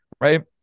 right